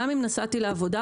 גם אם נסעתי לעבודה,